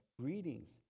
Greetings